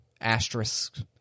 asterisk